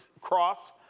cross